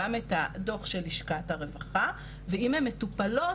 גם את הדוח של לשכת הרווחה ואם הן מטופלות